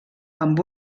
amb